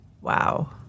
Wow